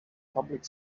public